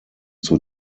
zur